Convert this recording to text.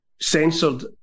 censored